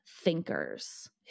thinkers